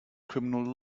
criminal